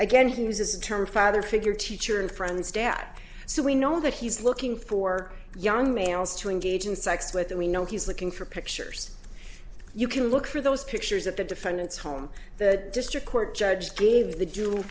again who uses a term father figure teacher and friend's dad so we know that he's looking for young males to engage in sex with them we know he's looking for pictures you can look for those pictures at the defendant's home the district court judge gave the